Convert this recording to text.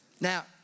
Now